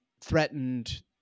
threatened